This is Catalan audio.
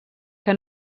que